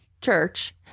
church